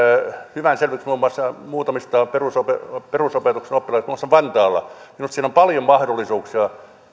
hyvän selvityksen muun muassa muutamista perusopetuksen perusopetuksen oppilaitoksista muun muassa vantaalla minusta tässä kärkihankkeessa on paljon mahdollisuuksia